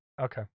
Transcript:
Okay